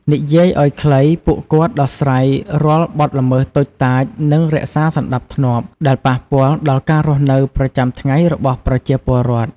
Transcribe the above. និយាយឲ្យខ្លី ពួកគាត់ដោះស្រាយរាល់បទល្មើសតូចតាចនិងរក្សាសណ្ដាប់ធ្នាប់ដែលប៉ះពាល់ដល់ការរស់នៅប្រចាំថ្ងៃរបស់ប្រជាពលរដ្ឋ។